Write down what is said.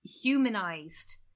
humanized